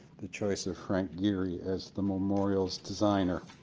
the choice of frank geary as the memorial's designer.